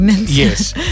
Yes